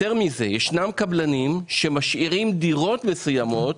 יותר מזה: ישנם קבלנים שמשאירים דירות מסוימות